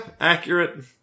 Accurate